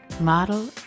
model